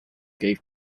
gave